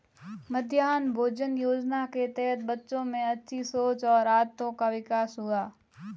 मध्याह्न भोजन योजना के तहत बच्चों में अच्छी सोच और आदतों का विकास हुआ